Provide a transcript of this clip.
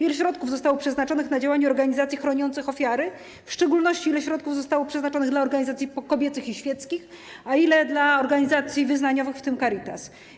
Ile środków zostało przeznaczonych na działanie organizacji chroniących ofiary, w szczególności ile środków zostało przeznaczonych dla organizacji kobiecych i świeckich, a ile dla organizacji wyznaniowych, w tym dla Caritasu?